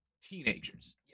teenagers